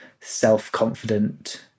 self-confident